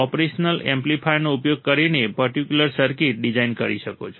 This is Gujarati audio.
ઓપરેશન એમ્પ્લીફાયરનો ઉપયોગ કરીને પર્ટિક્યુલર સર્કિટ ડિઝાઇન કરી શકો છો